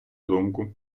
думку